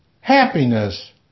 happiness